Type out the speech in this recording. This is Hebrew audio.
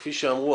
כפי שאמרו,